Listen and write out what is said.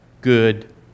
good